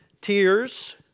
tears